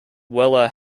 weller